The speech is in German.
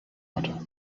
hatte